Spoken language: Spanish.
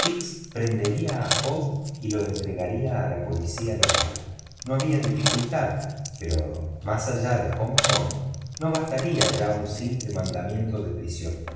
a fogg y lo entregaría a la policía local no había dificultad pero más allá de hong kong no bastaría ya un simple mandamiento de prisión